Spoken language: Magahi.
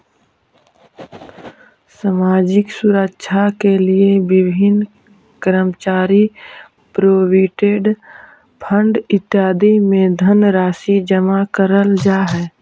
सामाजिक सुरक्षा के लिए विभिन्न कर्मचारी प्रोविडेंट फंड इत्यादि में धनराशि जमा करल जा हई